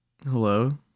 hello